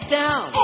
down